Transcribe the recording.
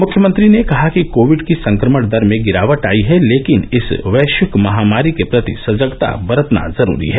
मुख्यमंत्री ने कहा कि कोविड की संक्रमण दर में गिरावट आयी है लेकिन इस वैश्विक महामारी के प्रति सजगता बरतना जरूरी है